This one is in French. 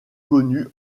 connu